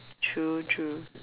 true true